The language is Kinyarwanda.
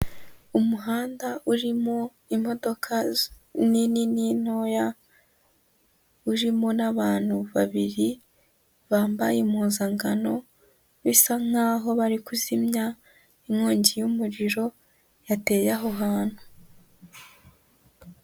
Umuhanda urimo imodoka nini n'intoya, urimo n'abantu babiri bambaye impuzankano bisa nk'aho bari kuzimya inkongi y'umuriro yateye aho hantu.